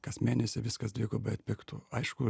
kas mėnesį viskas dvigubai atpigtų aišku